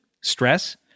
stress